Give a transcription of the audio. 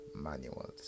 manuals